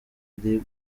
ari